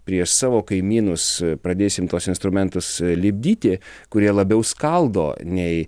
prieš savo kaimynus pradėsim tuos instrumentus lipdyti kurie labiau skaldo nei